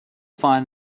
find